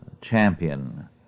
champion